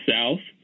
South